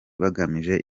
bagamije